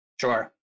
Sure